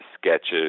sketches